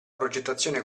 progettazione